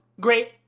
Great